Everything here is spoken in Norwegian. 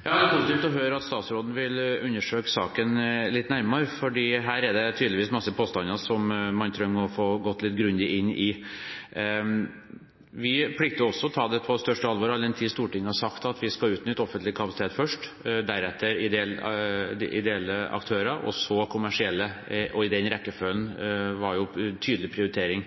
Det er positivt å høre at statsråden vil undersøke saken litt nærmere, for her er det tydeligvis masse påstander som man trenger å få gått litt grundig inn i. Vi plikter også å ta det på største alvor, all den tid Stortinget har sagt at vi skal utnytte offentlig kapasitet først, deretter ideelle aktører og så kommersielle. Og den rekkefølgen har jo vært en tydelig prioritering